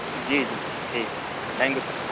جی جی ٹھیک ہے ٹھیک ہے تھینک یو سر